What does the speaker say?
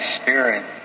Spirit